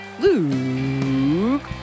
Luke